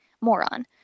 moron